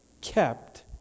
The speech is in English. kept